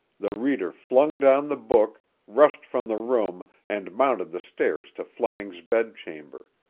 the reader flung down the book, rushed from the room and mounted the stairs to fleming's bed-chamber.